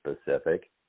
specific